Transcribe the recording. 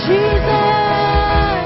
Jesus